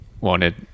wanted